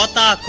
ah da